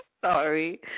sorry